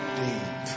deep